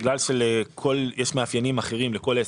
בגלל שיש מאפיינים אחרים לכל עסק,